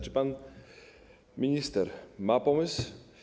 Czy pan minister ma pomysł?